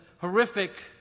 horrific